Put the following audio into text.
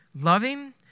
loving